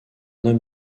homme